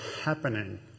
happening